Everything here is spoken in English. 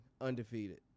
undefeated